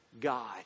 God